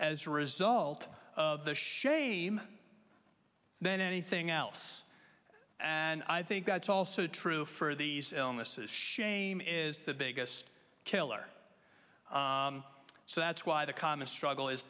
a result of the shame then anything else and i think that's also true for these illnesses shame is the biggest killer so that's why the common struggle is